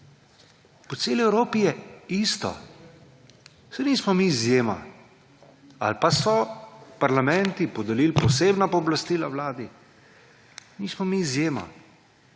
po celi Evropi je isto, saj nismo mi izjema ali pa so parlamenti podelili posebna pooblastila Vladi, nismo mi izjema.